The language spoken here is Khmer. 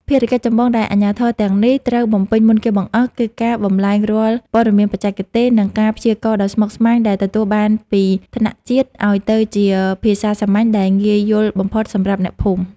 ភារកិច្ចចម្បងដែលអាជ្ញាធរទាំងនេះត្រូវបំពេញមុនគេបង្អស់ គឺការបំប្លែងរាល់ព័ត៌មានបច្ចេកទេស និងការព្យាករណ៍ដ៏ស្មុគស្មាញដែលទទួលបានពីថ្នាក់ជាតិ ឱ្យទៅជាភាសាសាមញ្ញដែលងាយយល់បំផុតសម្រាប់អ្នកភូមិ។